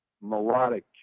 melodic